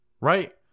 right